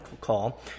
call